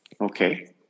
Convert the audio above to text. okay